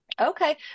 Okay